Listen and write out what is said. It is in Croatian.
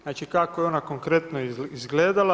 Znači, kako je ona konkretno izgledala?